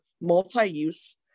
multi-use